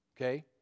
okay